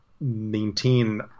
maintain